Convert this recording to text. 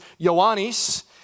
Ioannis